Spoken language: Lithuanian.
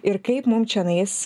ir kaip mum čionais